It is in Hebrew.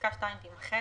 פסקה (2) תימחק.